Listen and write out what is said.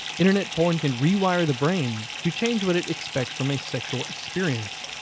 internet porn can rewire the brain to change what it expects from a sexual experience.